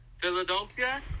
Philadelphia